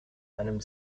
einem